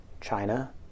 China